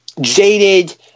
jaded